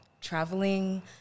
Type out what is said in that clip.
traveling